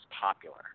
popular